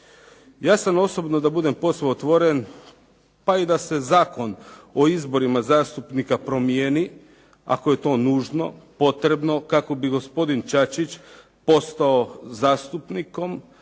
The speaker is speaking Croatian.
Ja sam osobno, da budem posve otvoren, pa i da se Zakon o izborima zastupnika promijeni ako je to nužno potrebno kako bi gospodin Čačić postao zastupnikom